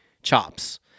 Chops